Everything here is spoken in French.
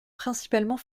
principalement